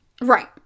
Right